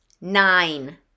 Nine